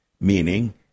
meaning